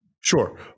Sure